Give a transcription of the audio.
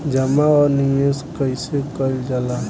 जमा और निवेश कइसे कइल जाला?